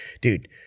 dude